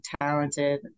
talented